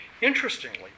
Interestingly